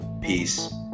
peace